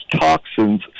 toxins